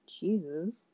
Jesus